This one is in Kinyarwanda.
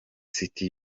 city